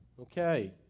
okay